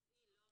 המפעיל.